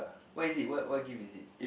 where is it what what gift is it